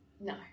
no